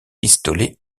pistolets